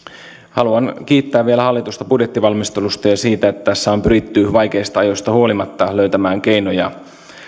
haluan kiittää vielä hallitusta budjettivalmistelusta ja siitä että tässä on pyritty vaikeista ajoista huolimatta löytämään keinoja